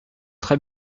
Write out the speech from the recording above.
très